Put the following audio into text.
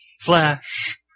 Flash